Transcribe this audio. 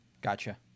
Gotcha